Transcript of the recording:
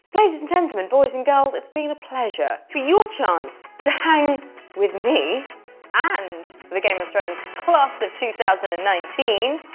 ladies and gentlemen, boys and girls, it's been a pleasure. for your chance to hang with me and the game of thrones class of two thousand and nineteen,